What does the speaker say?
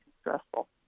stressful